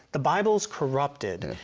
the bible is corrupted.